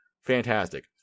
fantastic